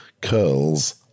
curls